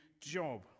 job